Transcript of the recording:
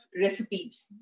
recipes